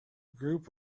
group